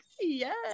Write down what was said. yes